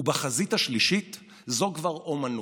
בחזית השלישית זו כבר אומנות: